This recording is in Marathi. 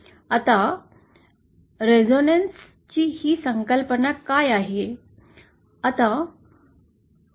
आता प्रतिध्वनी resonance रेसोनंस ची ही संकल्पना काय आहे